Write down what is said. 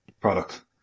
product